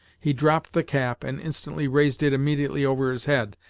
he dropped the cap, and instantly raised it immediately over his head,